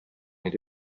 иде